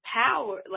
power